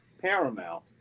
Paramount